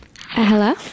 Hello